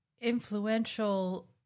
influential